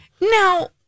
Now